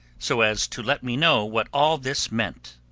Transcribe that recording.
so as to, let me know what all this meant.